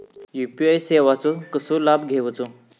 UPI सेवाचो कसो लाभ घेवचो?